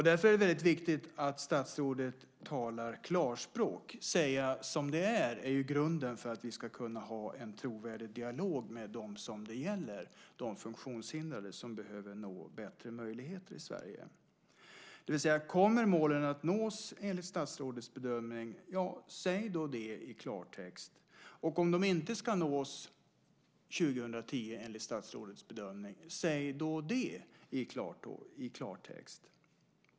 Därför är det väldigt viktigt att statsrådet talar klarspråk - att säga som det är är ju grunden för att vi ska kunna ha en trovärdig dialog med dem som det gäller, de funktionshindrade, som behöver få bättre möjligheter i Sverige. Kommer målen att nås, enligt statsrådets bedömning? Säg då det i klartext! Om de inte ska nås 2010, enligt statsrådets bedömning, säg då det i klartext!